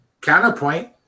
Counterpoint